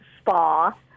spa